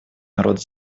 народ